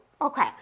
okay